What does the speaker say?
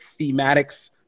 thematics